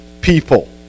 people